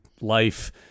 life